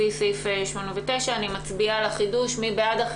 מי בעד?